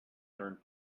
turned